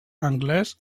anglès